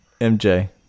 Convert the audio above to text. MJ